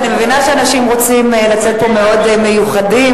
אני מבינה שאנשים רוצים לצאת פה מאוד מיוחדים,